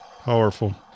Powerful